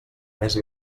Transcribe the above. més